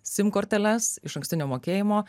sim korteles išankstinio mokėjimo